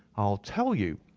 i will tell you.